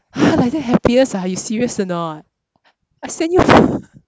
!huh! like that happiest ah you serious or not I send you